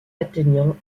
atteignant